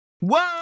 whoa